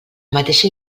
mateixa